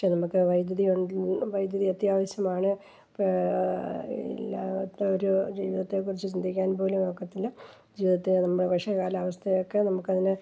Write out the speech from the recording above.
പക്ഷെ നമുക്ക് വൈദ്യുതി കൊ വൈദ്യുതി അത്യാവശ്യമാണ് ഇല്ലാത്തൊരു ജീവിതത്തെക്കുറിച്ച് ചിന്തിക്കാൻ പോലും ഒക്കത്തില്ല ജീവിതത്തെ നമ്മുടെ വർഷ കാലാവസ്ഥയൊക്കെ നമുക്കതിനെ